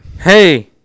Hey